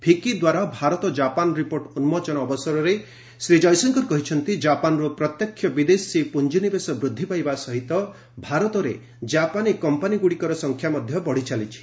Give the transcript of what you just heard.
ଫିକି ଦ୍ୱାରା Bharat Japan report ଉନ୍ଜୋଚନ ଅବସରରେ ଡକ୍ଟର ଜୟଶକ୍କର କହିଛନ୍ତି ଜାପାନ୍ରୁ ପ୍ରତ୍ୟକ୍ଷ ବିଦେଶୀ ଫୁଟ୍କିନିବେଶ ବୃଦ୍ଧିପାଇବା ସହିତ ଭାରତରେ ଜାପାନ୍ କମ୍ପାନୀମାନଙ୍କର ସଂଖ୍ୟା ମଧ୍ୟ ବଢିଚାଲିଛି